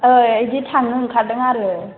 औ इदि थांनो ओंखारदों आरो